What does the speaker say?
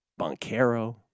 Boncaro